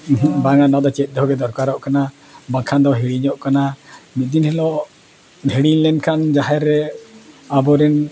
ᱩᱸᱦᱩᱜ ᱵᱟᱝᱟ ᱱᱚᱣᱟ ᱫᱚ ᱪᱮᱫ ᱫᱚᱦᱚ ᱜᱮ ᱫᱚᱨᱠᱟᱨᱚᱜ ᱠᱟᱱᱟ ᱵᱟᱝᱠᱷᱟᱱ ᱫᱚ ᱦᱤᱲᱤᱧᱚᱜ ᱠᱟᱱᱟ ᱢᱤᱫ ᱫᱤᱱ ᱦᱤᱞᱳᱜ ᱦᱤᱲᱤᱧ ᱞᱮᱱᱠᱷᱟᱱ ᱡᱟᱦᱮᱨ ᱨᱮ ᱟᱵᱚᱨᱮᱱ